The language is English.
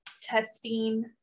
testing